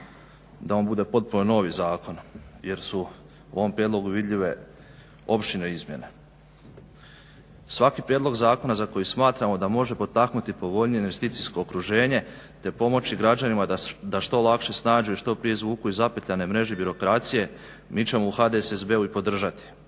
da on bude potpuno novi zakon jer su u ovom prijedlogu vidljive opširne izmjene. Svaki prijedlog zakona za koji smatramo da može potaknuti povoljnije investicijsko okruženje, te pomoći građanima da se što lakše snađu i što prije izvuku iz zapetljane mreže birokracije mi ćemo u HDSSB-u i podržati